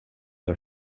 are